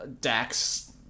Dax